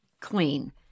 clean